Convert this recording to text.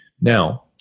Now